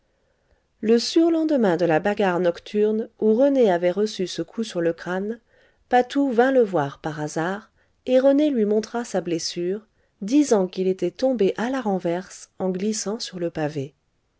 le surlendemain de la bagarre nocturne où rené avait reçu ce coup sur le crâne patou vint le voir par hasard et rené lui montra sa blessure disant qu'il était tombé à la renverse en glissant sur le pavé